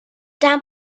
down